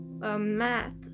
Math